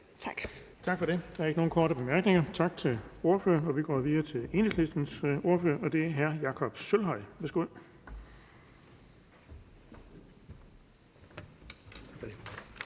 Tak for det. Der er ikke flere korte bemærkninger, så vi siger tak til ordføreren. Og så går vi videre til Enhedslistens ordfører, og det er hr. Jakob Sølvhøj. Værsgo.